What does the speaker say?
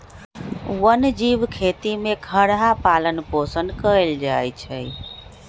वन जीव खेती में खरहा पालन पोषण कएल जाइ छै